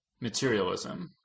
materialism